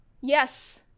Yes